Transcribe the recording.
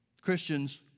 Christians